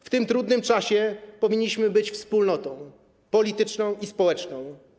W tym trudnym czasie powinniśmy być wspólnotą polityczną i społeczną.